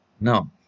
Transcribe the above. no